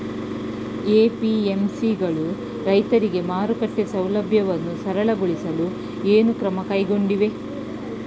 APMC ಗಳು ರೈತರಿಗೆ ಮಾರುಕಟ್ಟೆ ಸೌಲಭ್ಯವನ್ನು ಸರಳಗೊಳಿಸಲು ಏನು ಕ್ರಮ ಕೈಗೊಂಡಿವೆ?